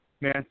man